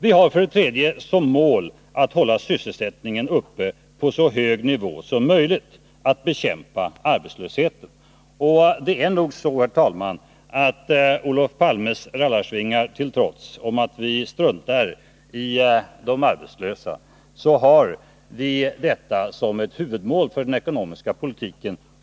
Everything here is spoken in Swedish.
Vi har vidare som mål att hålla sysselsättningen uppe på så hög nivå som möjligt, att bekämpa arbetslösheten. Det är nog så, herr talman, att Olof Palmes rallarsvingar till trots— enligt honom struntar vi i de arbetslösa — har vi detta som huvudmål för den ekonomiska politiken.